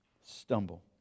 stumble